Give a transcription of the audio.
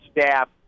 staff